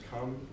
come